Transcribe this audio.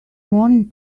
morning